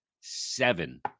seven